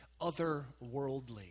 otherworldly